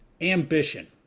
Ambition